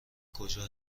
کجا